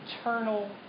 eternal